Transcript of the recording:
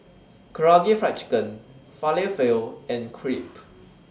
Karaage Fried Chicken Falafel and Crepe